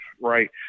right